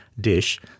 dish